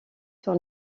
sur